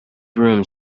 broom